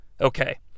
Okay